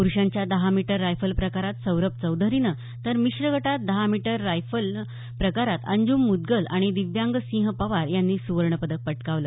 पुरूषांच्या दहा metre rifle प्रकरात सौरभ चौधरीनं तर मिश्र गटात दहा मीटर रायफल प्रकारात अंजुम मुदगल आणि दिव्यांग सिंह पवार यांनी सुवर्ण पदक पटकावलं